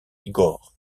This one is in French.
igor